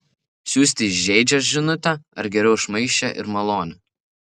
siųsti įžeidžią žinutę ar geriau šmaikščią ir malonią